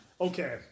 Okay